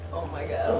oh my god!